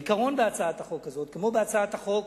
העיקרון בהצעת החוק הזאת, כמו בהצעת החוק